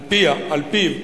ועל-פיו,